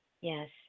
Yes